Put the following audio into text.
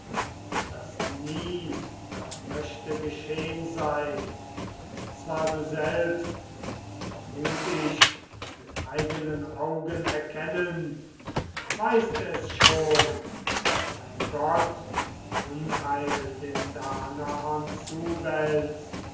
das nie doch möchte geschehn sein zwar du selbst vermut ich mit eigenen augen erkennend weißt es schon daß ein gott unheil den danaern zuwälzt